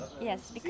Yes